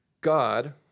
God